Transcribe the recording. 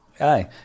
Aye